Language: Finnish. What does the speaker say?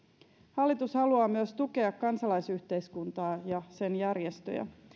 hallitus haluaa myös tukea kansalaisyhteiskuntaa ja sen järjestöjä